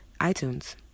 itunes